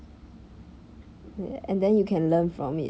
and then you can learn from it